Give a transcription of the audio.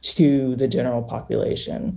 to the general population